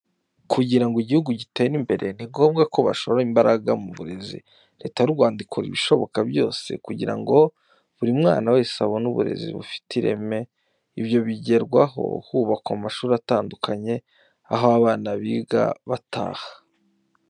Kugira ngo igihugu gitere imbere, ni ngombwa ko bashora imbaraga mu burezi. Leta y'u Rwanda ikora ibishoboka byose kugira ngo buri mwana wese abone uburezi bufite ireme. Ibyo bigerwaho hubakwa amashuri atandukanye, aho abana biga bataha.